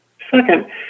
Second